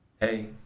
hey